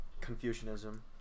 Confucianism